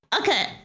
Okay